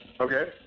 Okay